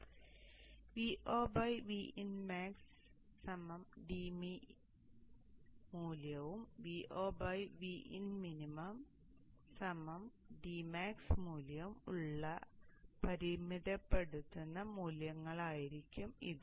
അതിനാൽ Vo Vinmax dmin മൂല്യവും Vo Vinmin dmax മൂല്യവും ഉള്ള പരിമിതപ്പെടുത്തുന്ന മൂല്യങ്ങളായിരിക്കാം ഇത്